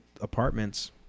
apartments